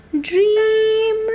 Dream